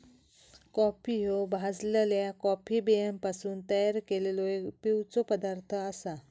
coffee ह्यो भाजलल्या coffee बियांपासून तयार केललो एक पिवचो पदार्थ आसा